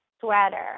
sweater